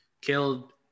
killed